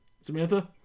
Samantha